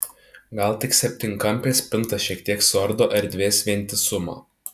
gal tik septynkampė spinta šiek tiek suardo erdvės vientisumą